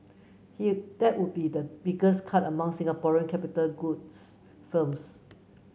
he that would be the biggest cut among Singaporean capital goods firms